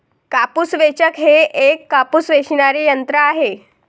कापूस वेचक हे एक कापूस वेचणारे यंत्र आहे